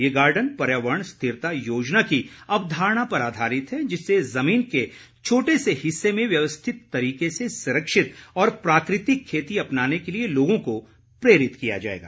ये गार्डन पर्यावरण स्थिरता योजना की अवधारणा पर आधारित है जिससे जमीन के छोटे से हिस्से में व्यवस्थित तरीके से संरक्षित और प्राकृतिक खेती अपनाने के लिए लोगों को प्रेरित किया जाएगा